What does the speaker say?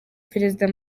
perezida